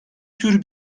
tür